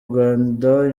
rwanda